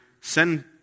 send